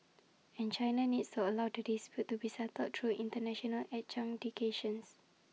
and China needs to allow the dispute to be settled through International adjudication